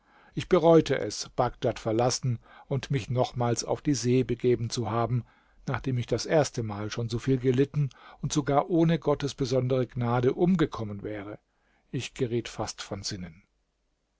ich bereute es bagdad verlassen und mich nochmals auf die see begeben zu haben nachdem ich das erstemal schon so viel gelitten und sogar ohne gottes besondere gnade umgekommen wäre ich geriet fast von sinnen